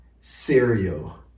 cereal